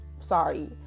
Sorry